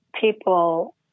people